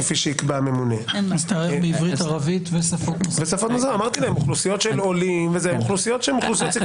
כפי שיקבע הממונה אוכלוסיות של עולים וזה הן אוכלוסיות סיכון.